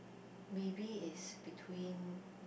maybe is between